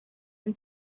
and